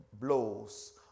blows